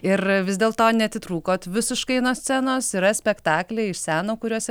ir vis dėlto neatitrūkot visiškai nuo scenos yra spektakliai iš seno kuriuose